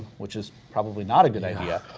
which is probably not a good idea,